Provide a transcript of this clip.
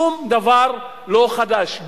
שום דבר לא חדש.